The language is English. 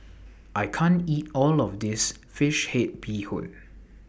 I can't eat All of This Fish Head Bee Hoon